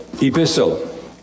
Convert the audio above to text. epistle